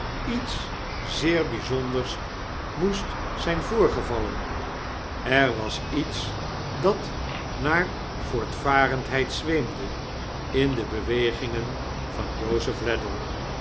iets zeer byzonders moest zijn voorgevallen er was iets dat naar voortvarendheid zweemde in de bewegingen van